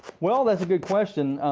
well, that's a good question.